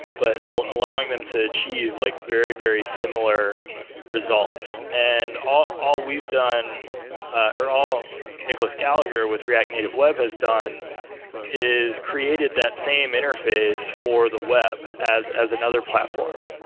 but ah allowing them to achieve like very very similar results. and all all we've done or all nicholas gallagher with react native web has done is created that same interface for the web as as another platform.